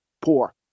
poor